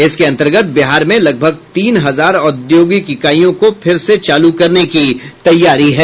इसके अन्तर्गत बिहार में लगभग तीन हजार औद्योगिक इकाईयों को फिर से चालू करने की तैयारी है